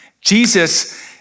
Jesus